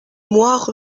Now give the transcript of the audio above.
moire